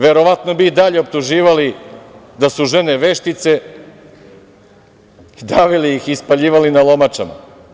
Verovatno bi i dalje optuživali da su žene veštice i davili ih i spaljivali na lomačama.